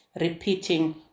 repeating